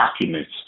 documents